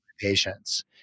patients